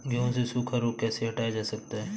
गेहूँ से सूखा रोग कैसे हटाया जा सकता है?